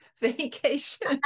vacation